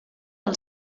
del